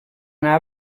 anar